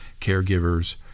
caregivers